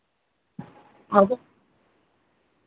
ᱟᱨ